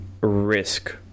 risk